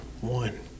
one